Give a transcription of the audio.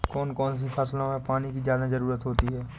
कौन कौन सी फसलों में पानी की ज्यादा ज़रुरत होती है?